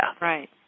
Right